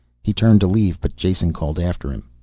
he turned to leave but jason called after him.